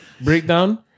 Breakdown